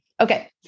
Okay